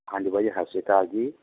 ਹਾਂਜੀ ਬਾਈ ਜੀ ਸਤਿ ਸ਼੍ਰੀ ਅਕਾਲ ਜੀ